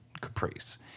Caprice